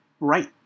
right